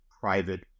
private